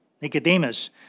Nicodemus